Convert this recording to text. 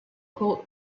cult